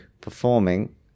performing